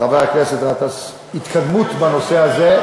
חבר הכנסת גטאס, אני חושב שיש התקדמות בנושא הזה.